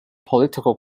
political